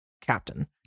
captain